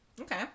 Okay